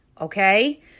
okay